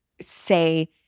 say